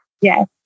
Yes